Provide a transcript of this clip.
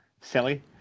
silly